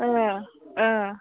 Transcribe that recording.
औ औ